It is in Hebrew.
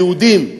היהודים,